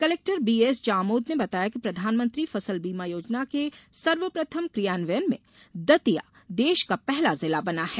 collector B S Jamod ने बताया कि प्रधानमंत्री फसल बीमा योजना के सर्वप्रथम क्रियान्वयन में दतिया देश का पहला जिला बना है